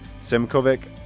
Simkovic